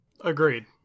agreed